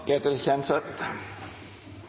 Ketil Kjenseth.